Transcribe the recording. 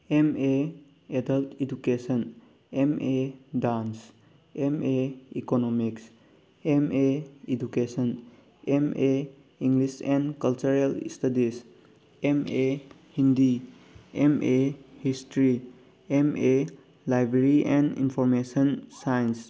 M A adult education M A dance M A economics M A education M A English and cultural studies M A Hindi M A history M A library and information science